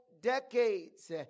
decades